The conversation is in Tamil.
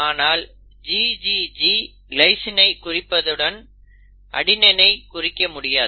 ஆனால் GGG கிளைஸினை குறிப்பதுடன் அலனிநையும் குறிக்க முடியாது